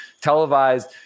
televised